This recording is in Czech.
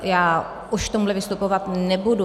Já už k tomuhle vystupovat nebudu.